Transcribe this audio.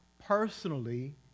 Personally